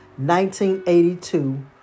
1982